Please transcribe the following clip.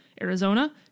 Arizona